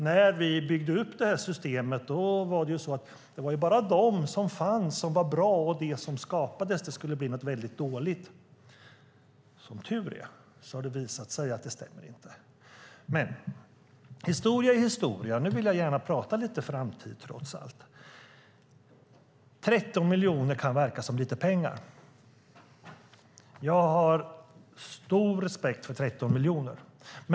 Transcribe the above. När vi byggde upp systemet menade ni ju att det bara var de lärosäten som fanns som var bra, medan de som skapades skulle bli väldigt dåliga. Som tur är har det visat sig att detta inte stämde. Historia är historia, och nu vill jag gärna prata lite framtid, trots allt. 13 miljoner kan verka lite pengar. Jag har stor respekt för 13 miljoner.